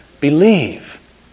believe